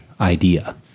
idea